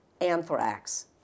anthrax